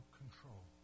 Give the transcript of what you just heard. control